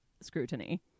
scrutiny